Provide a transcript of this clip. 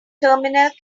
terminal